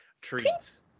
treats